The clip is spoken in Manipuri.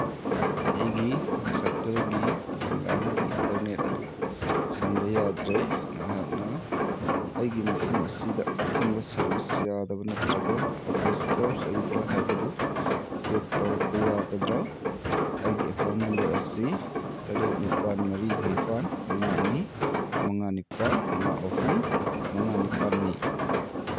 ꯑꯩꯒꯤ ꯑꯦꯛꯁꯥꯏꯇꯦꯜꯒꯤ ꯂꯦꯟꯂꯥꯏꯟꯒꯤ ꯏꯟꯇꯔꯅꯦꯠ ꯑꯗꯨ ꯁꯝꯕ ꯌꯥꯗ꯭ꯔꯦ ꯅꯍꯥꯛꯅ ꯑꯩꯒꯤ ꯃꯐꯝ ꯑꯁꯤꯗ ꯑꯈꯪꯕ ꯁꯔꯕꯤꯁ ꯌꯥꯗꯕ ꯅꯠꯇ꯭ꯔꯒ ꯑꯥꯎꯇꯦꯁꯀ ꯂꯩꯕ꯭ꯔꯥ ꯍꯥꯏꯕꯗꯨ ꯆꯦꯛ ꯇꯧꯔꯛꯄ ꯌꯥꯒꯗ꯭ꯔꯥ ꯑꯩꯒꯤ ꯑꯦꯀꯥꯎꯟ ꯅꯝꯕꯔ ꯑꯁꯤ ꯇꯔꯦꯠ ꯅꯤꯄꯥꯟ ꯃꯔꯤ ꯅꯤꯄꯥꯟ ꯃꯉꯥꯅꯤ ꯃꯉꯥ ꯅꯤꯄꯥꯟ ꯃꯉꯥ ꯑꯍꯨꯝ ꯃꯉꯥ ꯅꯤꯄꯥꯟꯅꯤ